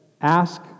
ask